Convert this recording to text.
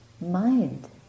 mind